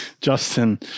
Justin